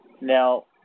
Now